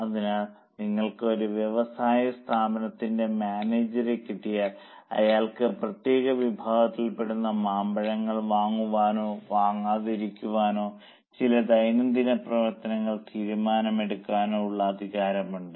അതിനാൽ നിങ്ങൾക്ക് ഒരു വ്യവസായ സ്ഥാപനത്തിന്റെ മാനേജരെ കിട്ടിയാൽ അയാൾക്ക് പ്രത്യേക വിഭാഗത്തിലുള്ള മാമ്പഴങ്ങൾ വാങ്ങാനോ വാങ്ങാതിരിക്കാനോ ചില ദൈനംദിന പ്രവർത്തനങ്ങൾ തീരുമാനിക്കാനോ ഉള്ള അധികാരം ഉണ്ട്